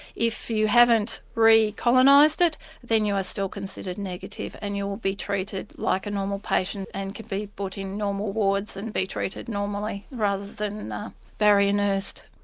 if you haven't re-colonised it then you are still considered negative and you will be treated like a normal patient and can be put in normal wards and be treated normally rather than barrier nursed.